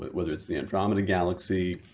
but whether it's the andromeda galaxy,